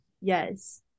yes